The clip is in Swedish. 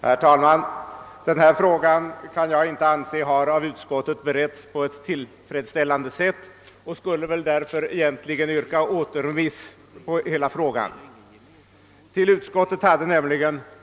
Herr talman! Jag kan inte finna att denna fråga av utskottet blivit behandlad på ett tillfredsställande sätt, och jag skulle därför egentligen yrka på återremiss av hela ärendet.